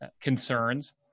concerns